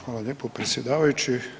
Hvala lijepo predsjedavajući.